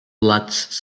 blats